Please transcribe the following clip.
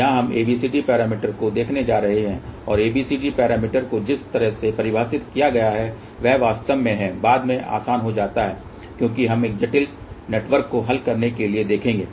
यहां हम ABCD parameter को देखने जा रहे हैं और ABCD पैरामीटर को जिस तरह से परिभाषित किया गया है वह वास्तव में है बाद में आसान हो जाता है क्योंकि हम एक जटिल नेटवर्क को हल करने के लिए देखेंगे